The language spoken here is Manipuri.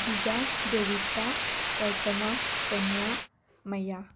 ꯗꯤꯖꯥ ꯗꯦꯕꯤꯇꯥ ꯀꯜꯄꯅꯥ ꯁꯣꯅꯤꯌꯥ ꯃꯌꯥ